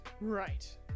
Right